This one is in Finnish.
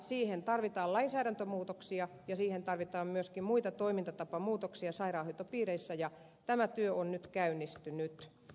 siihen tarvitaan lainsäädäntömuutoksia ja siihen tarvitaan myöskin muita toimintatapamuutoksia sairaanhoitopiireissä ja tämä työ on nyt käynnistynyt